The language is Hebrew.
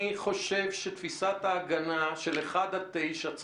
אני חושב שתפיסת ההגנה של אחד עד תשעה